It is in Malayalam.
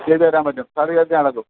ചെയ്ത് തരാൻ പറ്റും സാറ് വിചാരിച്ചാൽ നടക്കും